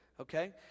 okay